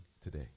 today